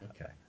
Okay